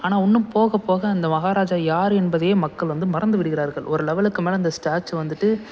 ஆனால் இன்னும் போக போக அந்த மகாராஜா யார் என்பதையே மக்கள் வந்து மறந்து விடுகிறார்கள் ஒரு லெவெலுக்கு மேலே அந்த ஸ்டேச்சு வந்துவிட்டு